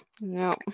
No